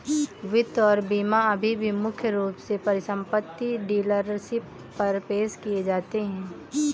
वित्त और बीमा अभी भी मुख्य रूप से परिसंपत्ति डीलरशिप पर पेश किए जाते हैं